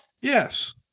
Yes